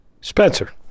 Spencer